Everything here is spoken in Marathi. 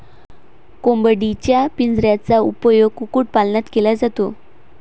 कोंबडीच्या पिंजऱ्याचा उपयोग कुक्कुटपालनात केला जातो